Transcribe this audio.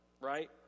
right